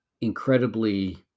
incredibly